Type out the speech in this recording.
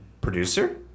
producer